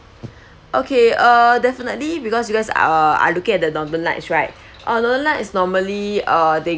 okay uh definitely because you guys uh are look at the northern lights right uh northern lights is normally uh they